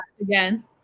Again